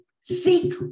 seek